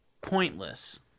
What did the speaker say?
pointless